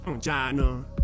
China